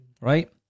Right